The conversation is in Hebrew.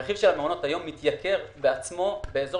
הרכיב של מעונות היום מתייקר בעצמו באזור